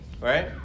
Right